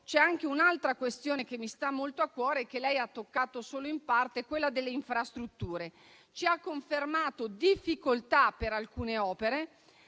c'è anche un'altra questione che mi sta molto a cuore e che lei, Ministro, ha toccato solo in parte: quella delle infrastrutture. Ci ha confermato difficoltà per alcune opere,